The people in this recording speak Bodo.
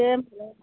दे होनबालाय